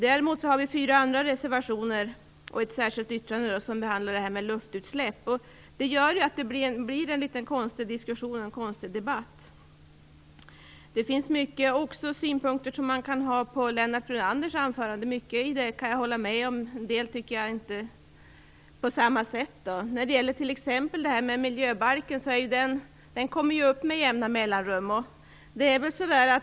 Däremot har vi fyra andra reservationer och ett särskilt yttrande som behandlar luftutsläpp. Det gör att det blir en litet konstig diskussion och debatt. Det finns många synpunkter som man kan ha på Lennart Brunanders anförande. Mycket i det kan jag hålla med om, men på en del punkter tycker jag inte på samma sätt. Miljöbalken kommer t.ex. upp med jämna mellanrum.